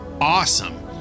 awesome